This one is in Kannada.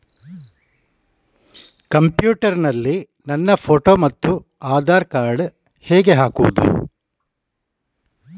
ಕಂಪ್ಯೂಟರ್ ನಲ್ಲಿ ನನ್ನ ಫೋಟೋ ಮತ್ತು ಆಧಾರ್ ಕಾರ್ಡ್ ಹೇಗೆ ಹಾಕುವುದು?